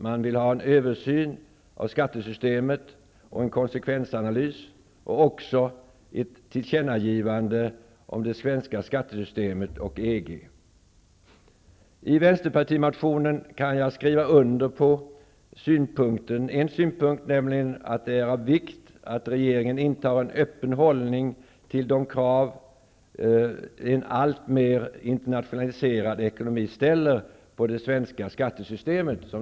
Man vill ha en översyn av skattesystemet, en konsekvensanalys och också ett tillkännagivande om det svenska skattesystemet och EG. I vänsterpartimotionen kan jag skriva under på en synpunkt, nämligen att det är av vikt att regeringen intar en öppen hållning till de krav en alltmer internationaliserad ekonomi ställer på det svenska skattesystemet.